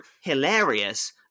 hilarious